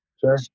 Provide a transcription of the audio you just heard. Sure